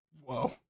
Whoa